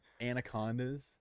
anacondas